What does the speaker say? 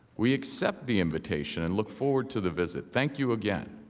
we accept the invitation and look forward to the visit, thank you again.